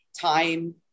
time